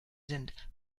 sind